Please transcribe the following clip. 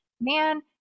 man